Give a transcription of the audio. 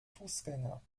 fußgänger